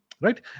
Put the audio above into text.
right